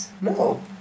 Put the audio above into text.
No